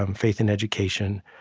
um faith in education,